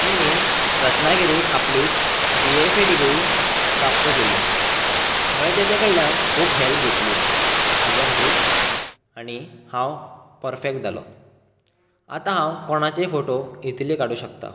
तेणी रत्नागिरी आपली B F A degree प्राप्त केली हांवे तेचे कडल्यान खूब हॅल्प घेतली म्हाजे खातीर आनी हांव परफेक्ट जालो आतां हांव कोणाचेय फोटो इजीलीय काडूंक शकता